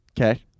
Okay